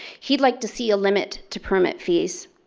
he would like to see a limit to permit fees.